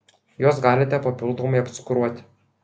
juos galite papildomai apcukruoti